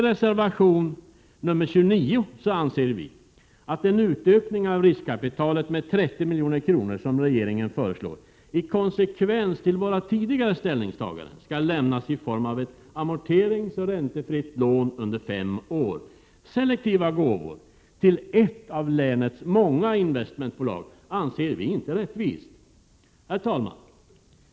I reservation 29 anser vi i konsekvens med våra tidigare ställningstaganden att den utökning av riskkapitalet med 30 milj.kr. som regeringen föreslår skall lämnas i form av ett amorteringsoch räntefritt lån under fem år. Selektiva gåvor till ett av länets många investmentbolag anser vi inte rättvist. 7 Herr talman!